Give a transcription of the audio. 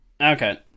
Okay